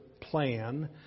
plan